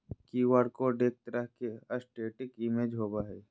Q R code एक तरह के स्टेटिक इमेज होबो हइ